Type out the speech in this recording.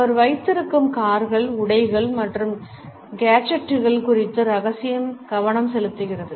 அவர் வைத்திருக்கும் கார்கள் உடைகள் மற்றும் கேஜெட்டுகள் குறித்து ரகசியம் கவனம் செலுத்துகிறது